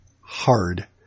hard